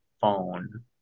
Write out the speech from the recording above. phone